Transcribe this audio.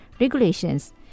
regulations